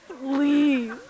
please